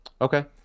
Okay